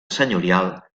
senyorial